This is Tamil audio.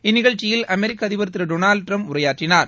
இந்நிகழ்ச்சியில் அமெரிக்க அதிபர் திரு டொனால்டு டிரம்ப் உரையாற்றினார்